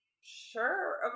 sure